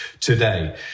today